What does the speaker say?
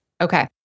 Okay